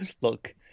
Look